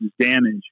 damage